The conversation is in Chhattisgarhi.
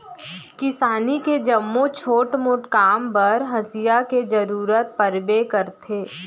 किसानी के जम्मो छोट मोट काम बर हँसिया के जरूरत परबे करथे